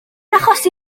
achosi